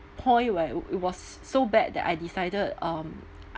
point where it it was so bad that I decided um